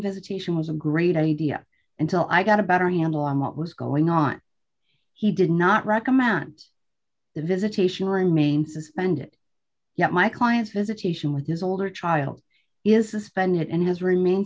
visitation was a great idea until i got a better handle on what was going on he did not recommend the visitation remained suspended yet my client visitation with his older child is suspended and has remain